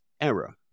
error